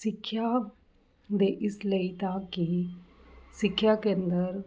ਸਿੱਖਿਆ ਦੇ ਇਸ ਲਈ ਤਾਂ ਕਿ ਸਿੱਖਿਆ ਕੇਂਦਰ